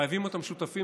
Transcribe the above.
חייבים אותם שותפים,